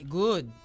good